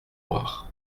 noirs